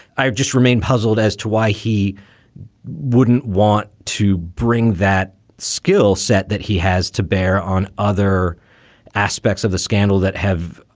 i just remain puzzled as to why he wouldn't want to bring that skill set that he has to bear on other aspects of the scandal that have,